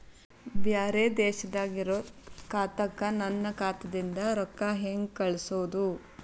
ಬ್ಯಾರೆ ದೇಶದಾಗ ಇರೋ ಖಾತಾಕ್ಕ ನನ್ನ ಖಾತಾದಿಂದ ರೊಕ್ಕ ಹೆಂಗ್ ಕಳಸೋದು?